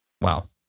wow